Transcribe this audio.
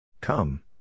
Come